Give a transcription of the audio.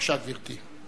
בבקשה, גברתי.